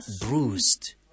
bruised